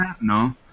No